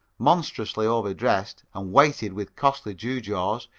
monstrously overdressed, and weighted with costly gewgaws,